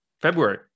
February